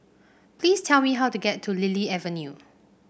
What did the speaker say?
please tell me how to get to Lily Avenue